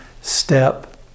step